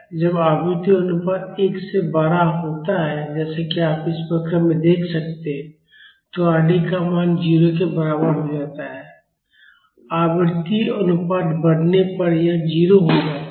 जब आवृत्ति अनुपात 1 से बड़ा होता है जैसा कि आप इस वक्र में देख सकते हैं तो Rd का मान 0 के बराबर हो जाता है आवृत्ति अनुपात बढ़ने पर यह 0 हो जाता है